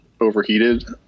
overheated